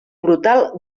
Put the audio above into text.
brutal